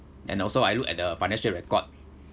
and also I look at the financial record